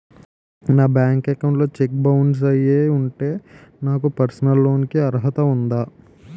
నా bank account లో cheque bounce అయ్యి ఉంటే నాకు పర్సనల్ లోన్ కీ అర్హత ఉందా?